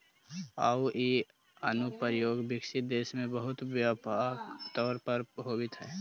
आउ इ अनुप्रयोग विकसित देश में बहुत व्यापक तौर पर होवित हइ